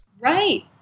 right